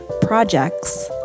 projects